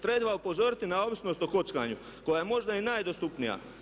Treba upozoriti na ovisnost o kockanju koja je možda i najdostupnija.